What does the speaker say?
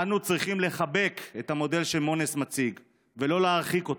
אנו צריכים לחבק את המודל שמואנס מציג ולא להרחיק אותו.